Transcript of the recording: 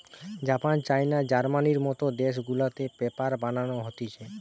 Japan, China, জার্মানির মত দেশ গুলাতে পেপার বানানো হতিছে